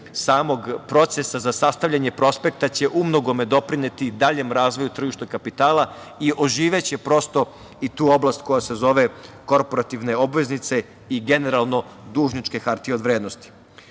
samog procesa za sastavljanje prospekta će umnogome doprineti daljem razvoju tržišta kapitala i oživeće, prosto, i tu oblast koja se zove korporativne obveznice i generalno dužničke hartije od vrednosti. Zakon